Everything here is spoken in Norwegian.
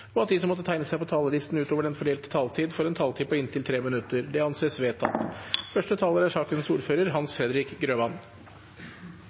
og at de som måtte tegne seg på talerlisten utover den fordelte taletid, får en taletid på inntil 3 minutter. – Det anses vedtatt.